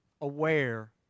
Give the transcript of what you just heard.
aware